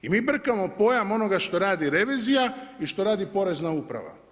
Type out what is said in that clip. I mi brkamo pojam onoga što radi revizija i što radi Porezna uprava.